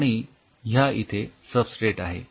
आणि ह्या इथे सब्स्ट्रेट आहे